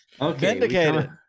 okay